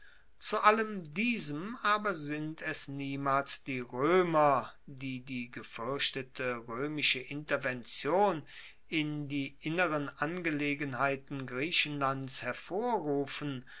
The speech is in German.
zu allem diesem aber sind es niemals die roemer die die gefuerchtete roemische intervention in die inneren angelegenheiten griechenlands hervorrufen